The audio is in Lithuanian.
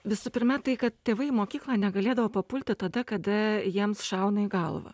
visų pirma tai kad tėvai į mokyklą negalėdavo papulti tada kada jiems šauna į galvą